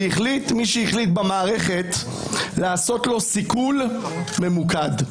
והחליט מי שהחליט במערכת לעשות לו סיכול ממוקד.